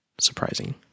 surprising